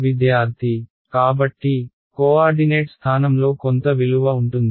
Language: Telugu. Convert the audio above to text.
విద్యార్థి కాబట్టి కోఆర్డినేట్ స్థానంలో కొంత విలువ ఉంటుంది